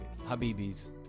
Habibis